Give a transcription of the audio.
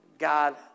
God